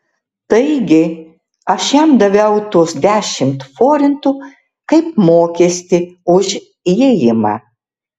taigi aš jam daviau tuos dešimt forintų kaip mokestį už įėjimą